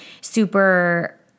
super